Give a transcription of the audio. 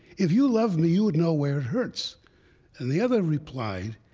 if you loved me, you would know where it hurts and the other replied,